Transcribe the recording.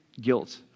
guilt